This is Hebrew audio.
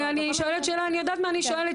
אני שואלת שאלה ואני יודעת מה שאני שואלת,